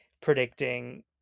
predicting